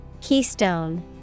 Keystone